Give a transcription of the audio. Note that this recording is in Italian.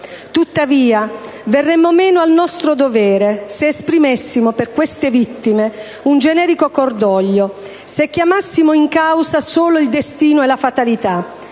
Tuttavia, verremmo meno al nostro dovere se esprimessimo per queste vittime un generico cordoglio, se chiamassimo in causa solo il destino e la fatalità,